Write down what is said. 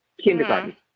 kindergarten